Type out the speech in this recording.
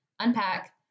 unpack